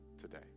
today